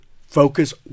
focus